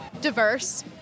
diverse